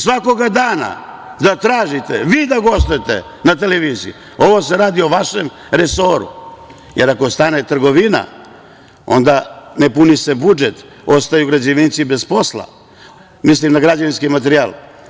Svakoga dana da tražite vi da gostujete na televiziji, ovo se radi o vašem resoru, jer ako stane trgovina, onda se ne puni budžet, ostaju građevinci bez posla, mislim na građevinski materijal.